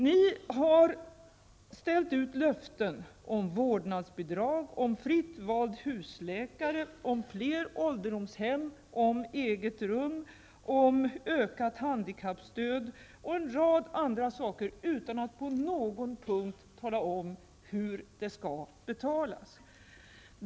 Ni har ställt ut löften om vårdnadsbidrag, fritt vald husläkare, fler ålderdomshem, eget rum, ökat handikappstöd och en rad andra saker, utan att på någon punkt tala om hur de skall betalas.